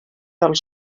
del